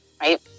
Right